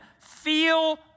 feel